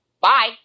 Bye